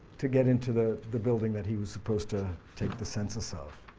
to get into the the building that he was supposed to take the census of.